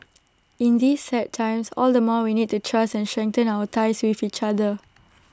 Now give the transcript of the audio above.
in these sad times all the more we need to trust and strengthen our ties with each other